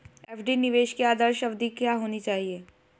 FD निवेश की आदर्श अवधि क्या होनी चाहिए?